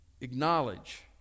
acknowledge